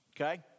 Okay